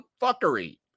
fuckery